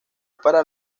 para